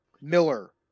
Miller